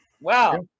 wow